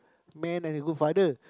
man and a good father